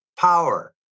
power